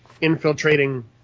infiltrating